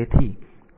તેથી